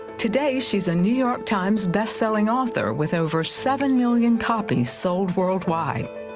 today she is a new york times best-selling author with over seven million copies sold worldwide.